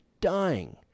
dying